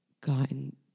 gotten